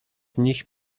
nich